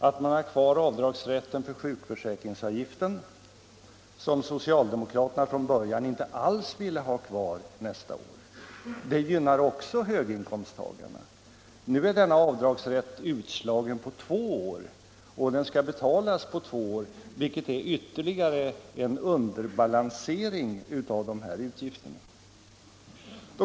Att man har bibehållit avdragsrätten för sjukförsäkringsavgiften, som socialdemokraterna från början inte alls ville ha kvar nästa år, gynnar också höginkomsttagarna. Nu är denna avdragsrätt utslagen på två år och skall betalas på två år, vilket innebär ytterligare en underbalansering av de här utgifterna.